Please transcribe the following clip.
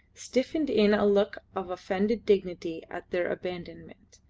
stiffened in a look of offended dignity at their abandonment.